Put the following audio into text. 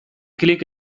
klik